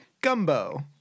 Gumbo